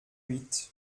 huit